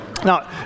Now